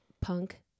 punk